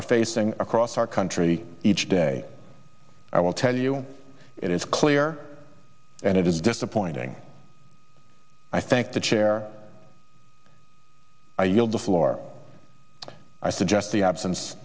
are facing across our country each day i will tell you it is clear and it is disappointing i thank the chair i yield the floor i suggest the absence